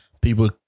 People